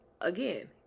Again